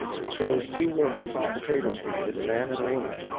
it shows two workers in a potato field, a man and a woman,